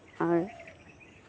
ᱟᱨ